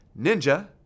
ninja